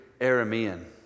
Aramean